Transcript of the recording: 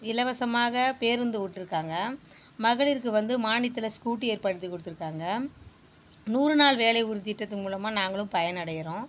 இலவசமாக பேருந்து விட்ருக்காங்க மகளிருக்கு வந்து மானியத்தில் ஸ்கூட்டி ஏற்படுத்தி கொடுத்துருக்காங்க நூறு நாள் வேலை உறுதி திட்டத்தின் மூலமாக நாங்களும் பயனடையிறோம்